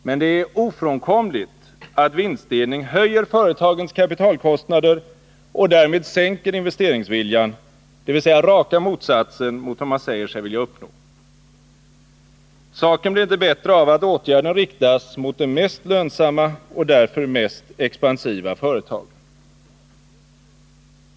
Men det är ofrånkomligt att vinstdelning höjer företagens kapitalkostnader och därmed sänker investeringsviljan, dvs. raka motsatsen mot vad man säger sig vilja uppnå. Saken blir inte bättre av att åtgärden riktas mot de mest lönsamma och därför mest expansiva företagen.